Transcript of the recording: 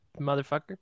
motherfucker